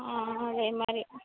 అదే మరి